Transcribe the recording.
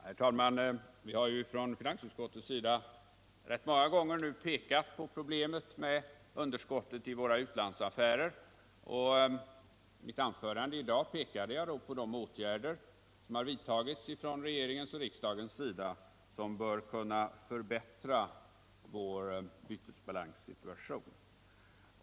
Herr talman! Vi har från finansutskottets sida rätt många gånger nu pekat på problemet med underskottet i våra utlandsaffärer, och i mitt anförande i dag berörde jag de åtgärder som har vidtagits från regeringens och riksdagens sida och som bör kunna förbättra vår bytesbalanssituation.